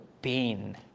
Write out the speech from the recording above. pain